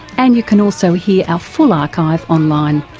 and you can also hear our full archive online.